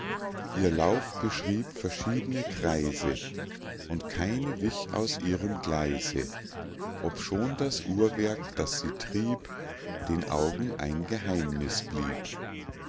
ihr lauf beschrieb verschied'ne kreise und keine wich aus ihrem gleise obschon das uhrwerk das sie trieb den augen ein geheimniß blieb